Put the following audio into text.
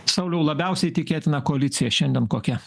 sauliau labiausiai tikėtina koalicija šiandien kokia